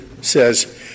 says